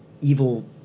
evil